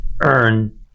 earn